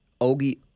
Ogie